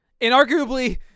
inarguably